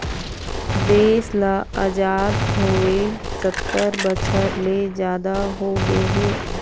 देश ल अजाद होवे सत्तर बछर ले जादा होगे हे